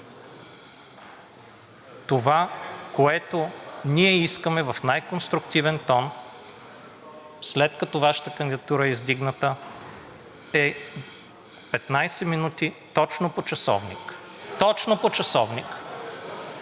Това, което ние искаме в най-конструктивен тон, след като Вашата кандидатура е издигната, 15 минути точно по часовник, за да можем